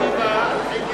לא, לא, אני חושב